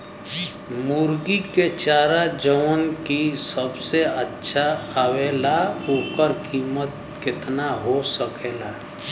मुर्गी के चारा जवन की सबसे अच्छा आवेला ओकर कीमत केतना हो सकेला?